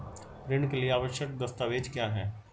ऋण के लिए आवश्यक दस्तावेज क्या हैं?